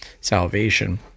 salvation